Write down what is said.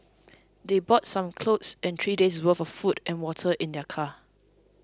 they brought some clothes and three days worth of food and water in their car